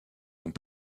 sont